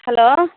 hello